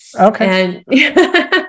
Okay